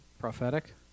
Prophetic